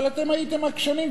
אבל אתם הייתם עקשנים,